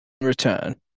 return